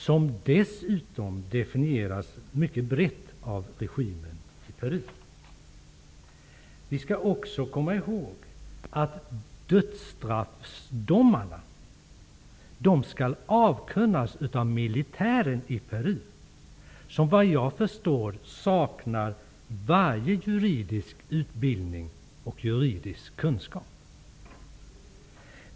Begreppet terrorist definieras dessutom mycket brett av regimen i Peru. Vi skall också komma ihåg att dödsdomarna skall avkunnas av militären i Peru, som vad jag förstår saknar varje juridisk utbildning och juridisk kunskap.